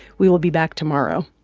we will be back tomorrow.